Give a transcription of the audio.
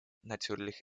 natürlich